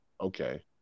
okay